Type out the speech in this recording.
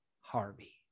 Harvey